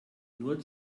nur